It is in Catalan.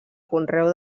conreu